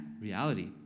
reality